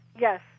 yes